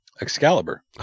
Excalibur